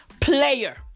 player